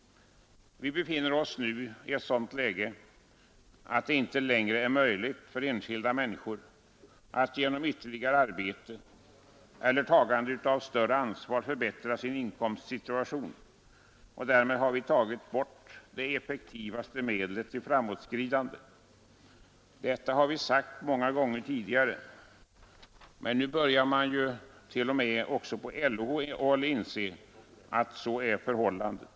Vi befinner oss nu i ett sådant läge, att det inte längre är möjligt för enskilda människor att genom ytterligare arbete eller tagande av större ansvar förbättra sin inkomstsituation. Därmed har vi tagit bort det effektivaste medlet till framåtskridande. Detta har vi sagt många gånger tidigare. Men nu börjar man t.o.m. på LO-håll inse att så är förhållandet.